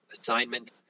assignment